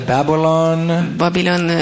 Babylon